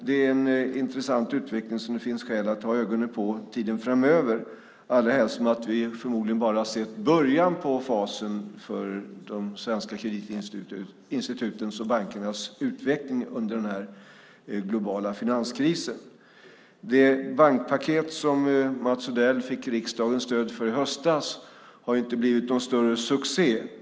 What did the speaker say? Det är en intressant utveckling som det finns skäl att ha ögonen på tiden framöver, allra helst som vi förmodligen bara har sett början på fasen för de svenska kreditinstitutens och bankernas utveckling under den här globala finanskrisen. Det bankpaket som Mats Odell fick riksdagens stöd för i höstas har ju inte blivit någon större succé.